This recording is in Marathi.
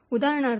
उदाहरणार्थ